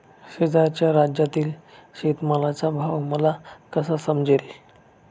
शेजारच्या राज्यातील शेतमालाचा भाव मला कसा समजेल?